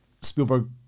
spielberg